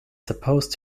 supposed